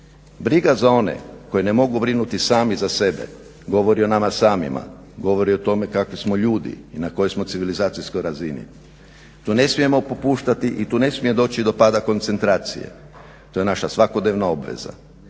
Briga za one koji ne mogu brinuti sami za sebe govori o nama samima, govori o tome kakvi smo ljudi i na kojoj smo civilizacijskoj razini, tu ne smijemo popuštati i tu ne smije doći do pada koncentracije. To je naša svakodnevna obaveza